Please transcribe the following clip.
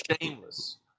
Shameless